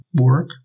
work